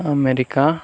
America